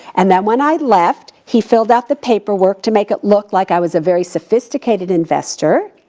and then when i left, he filled out the paperwork to make it look like i was a very sophisticated investor.